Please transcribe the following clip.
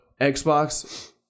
Xbox